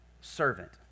servant